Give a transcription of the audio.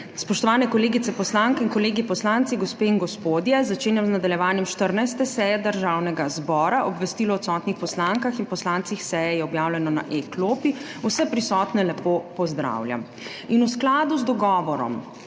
Spoštovani kolegice poslanke in kolegi poslanci, gospe in gospodje! Začenjam z nadaljevanjem 14. seje Državnega zbora. Obvestilo o odsotnih poslankah in poslancih seje je objavljeno na e-klopi. Vse prisotne lepo pozdravljam!